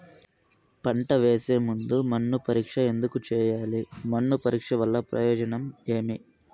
పంట వేసే ముందు మన్ను పరీక్ష ఎందుకు చేయాలి? మన్ను పరీక్ష వల్ల ప్రయోజనం ఏమి?